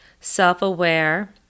self-aware